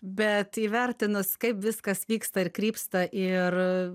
bet įvertinus kaip viskas vyksta ir krypsta ir